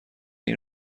این